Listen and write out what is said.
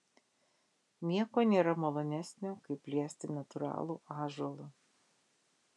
nieko nėra malonesnio kaip liesti natūralų ąžuolą